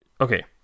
okay